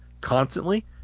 constantly